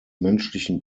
menschlichen